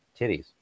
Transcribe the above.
titties